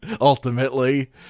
Ultimately